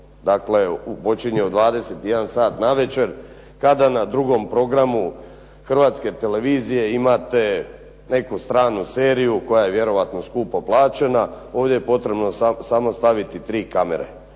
dakle počinje u 21 sat navečer, kada na 2. programu Hrvatske televizije imate neku stranu seriju koja je vjerojatno skupo plaćena, ovdje je potrebno samo staviti 3 kamere